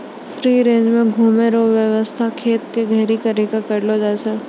free range मे घुमै रो वेवस्था खेत के घेरी करी के करलो जाय छै